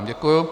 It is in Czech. Děkuju.